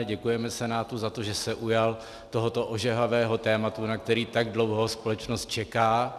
Děkujeme Senátu za to, že se ujal tohoto ožehavého tématu, na které tak dlouho společnost čeká.